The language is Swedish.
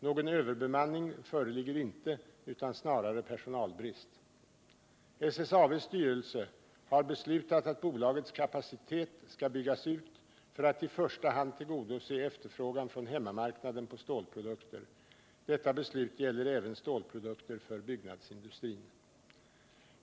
Någon överbemanning föreligger inte utan snarare personalbrist. SSAB:s styrelse har beslutat att bolagets kapacitet skall byggas ut för att i första hand tillgodose efterfrågan från hemmamarknaden på stålprodukter. Detta beslut gäller även stålprodukter för byggnadsindustrin.